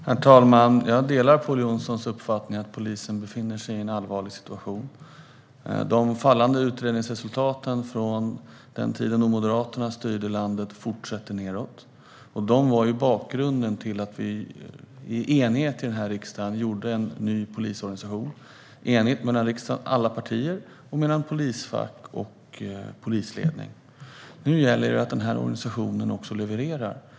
Herr talman! Jag delar Pål Jonsons uppfattning att polisen befinner sig i en allvarlig situation. De fallande utredningsresultaten från den tiden då Moderaterna styrde landet fortsätter nedåt. De var bakgrunden till att riksdagen enhälligt mellan alla partier, polisfack och polisledning beslutade om en ny polisorganisation. Nu gäller det också att organisationen levererar.